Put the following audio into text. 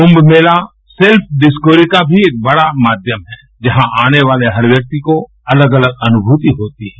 कुंम Mela self discovery का भी एक बड़ा माध्यम है जहाँ आने वाले हर व्यक्ति को अलग अलग अनुभवि होती है